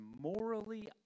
morally